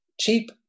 Cheap